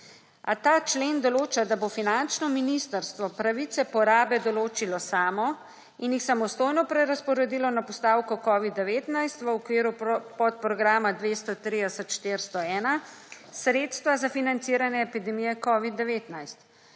A ta člen določa, da bo finančno ministrstvo pravice porabe določilo samo in jih samostojno prerazporedilo na postavko covid-19 v okviru podprograma 230401 Sredstva za financiranje epidemije COVID-19.